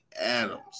Adams